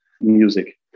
music